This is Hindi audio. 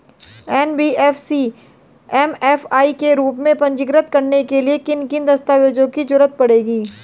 एन.बी.एफ.सी एम.एफ.आई के रूप में पंजीकृत कराने के लिए किन किन दस्तावेजों की जरूरत पड़ेगी?